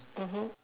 mmhmm